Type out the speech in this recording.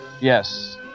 Yes